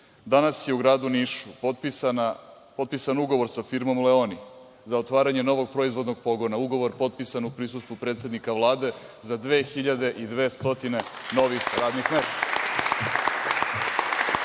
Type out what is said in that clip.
Danas je u gradu Nišu potpisan ugovor sa firmom „Leoni“ za otvaranje novog proizvodnog pogona. Ugovor je potpisan u prisustvu predsednika Vlade za 2.200 novih radnih